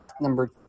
number